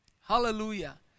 Hallelujah